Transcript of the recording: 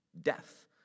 death